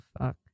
fuck